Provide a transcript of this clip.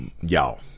y'all